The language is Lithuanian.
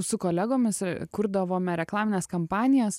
su kolegomis kurdavome reklamines kampanijas